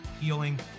healing